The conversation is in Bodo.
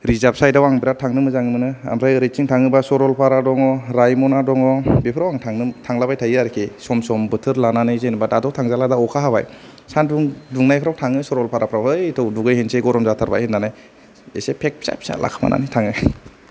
रिजार्ब साइदाव आं बेराद थांनो मोजां मोनो आमफ्राय ओरैथिं थाङोब्ला सरलफारा दङ रायमना दङ बेफोराव आं थांलाबाय थायो आरोखि सम सम बोथोर लानानै जेनबा दाथ' थांजाला दा अखा हाबाय सानदुं दुंनायफ्राव थाङो सरलफाराफ्राव है थौ दुगैहैनोसै गरम जाथारबाय होननानै एसे पेक फिसा फिसा लाखोमानानै थाङो